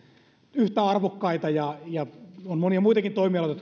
yhtä arvokkaita ja ja on monia muitakin toimialoja